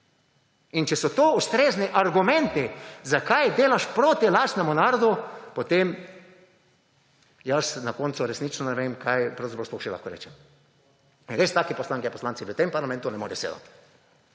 in če so ustrezni argumenti zakaj delaš proti lastnemu narodu, potem jaz na koncu resnično ne vem kaj pravzaprav sploh še lahko rečem. Res take poslanke in poslanci v tem parlamentu ne morejo sedati.